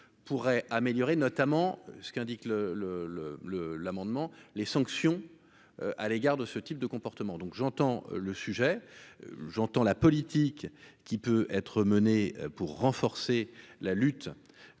pourrait améliorer notamment ce qu'indique le le le le l'amendement les sanctions à l'égard de ce type de comportement donc j'entends le sujet, j'entends la politique qui peut être menée pour renforcer la lutte